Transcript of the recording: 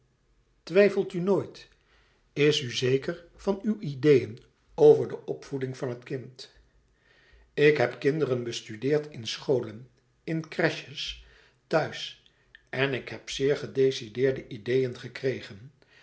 twijfelt u nooit is u zeker van uw ideeën over de opvoeding van het kind ik heb kinderen bestudeerd in scholen in crèches thuis en ik heb zeer gedecideerde ideeën gekregen